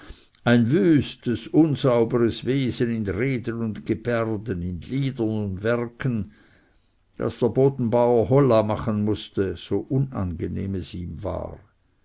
ein wüst unsauber wesen in reden und gebärden in liedern und werken daß der bodenbauer holla machen mußte so unangenehm es ihm war